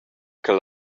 ch’el